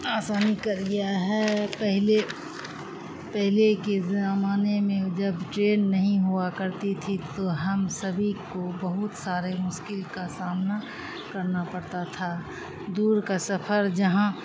آسانی کر گیا ہے پہلے پہلے کے زمانے میں جب ٹرین نہیں ہوا کرتی تھی تو ہم سبھی کو بہت سارے مشکل کا سامنا کرنا پڑتا تھا دور کا سفر جہاں